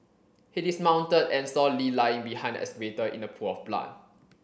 he dismounted and saw Lee lying behind the excavator in a pool of blood